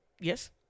yes